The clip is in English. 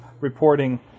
reporting